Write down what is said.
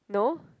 no